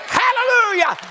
hallelujah